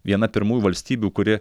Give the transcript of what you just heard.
viena pirmųjų valstybių kuri